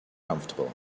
comfortable